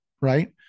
right